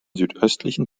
südöstlichen